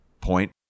point